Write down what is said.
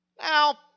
Now